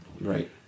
Right